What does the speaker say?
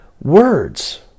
words